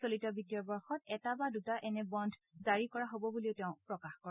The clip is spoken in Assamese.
চলিত বিত্তীয় বৰ্ষত এটা বা দুটা এনে বণু জাৰি কৰা হব বুলিও তেওঁ প্ৰকাশ কৰে